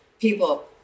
people